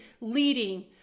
leading